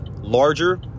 larger